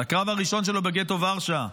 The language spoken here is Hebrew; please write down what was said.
על הקרב הראשון שלו בגטו ורשה,